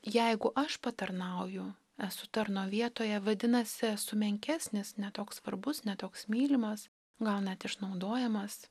jeigu aš patarnauju esu tarno vietoje vadinasi esu menkesnis ne toks svarbus ne toks mylimas gal net išnaudojamas